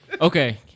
Okay